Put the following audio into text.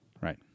Right